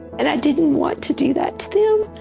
and i didn't want to do that to them.